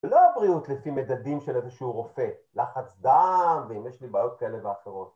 לא הבריאות לפי מדדים של איזשהו רופא, לחץ דם ואם יש לי בעיות כאלה ואחרות.